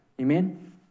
Amen